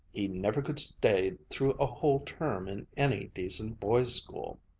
he never could stay through a whole term in any decent boys' school.